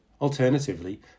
Alternatively